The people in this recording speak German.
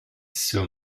sur